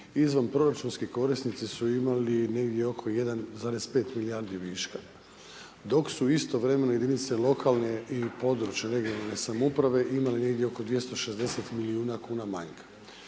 izvanproračunski korisnici su imali negdje oko 1,5 milijardi viška dok su istovremeno jedinice lokalne i područne regionalne samouprave imale negdje oko 260 milijuna kuna manjka.